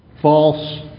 false